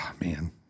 Man